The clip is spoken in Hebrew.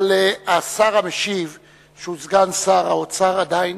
אבל השר המשיב שהוא סגן שר האוצר עדיין